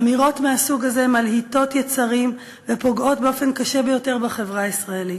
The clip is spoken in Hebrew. אמירות מהסוג זה מלהיטות יצרים ופוגעות באופן קשה ביותר בחברה הישראלית.